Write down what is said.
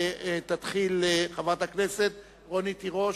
תתחיל חברת הכנסת רונית תירוש,